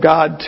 God